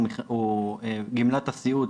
הוא גמלת הסיעוד,